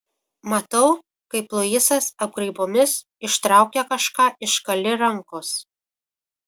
matau kaip luisas apgraibomis ištraukia kažką iš kali rankos